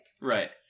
Right